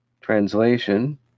translation